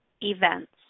events